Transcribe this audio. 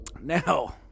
Now